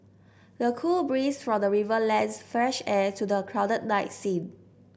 the cool breeze from the river lends fresh air to the crowded night scene